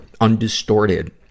undistorted